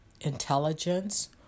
intelligence